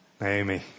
Naomi